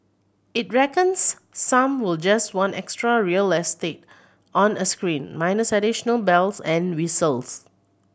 it reckons some will just want extra real estate on a screen minus additional bells and whistles